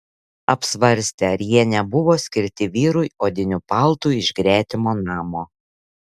apsvarstė ar jie nebuvo skirti vyrui odiniu paltu iš gretimo namo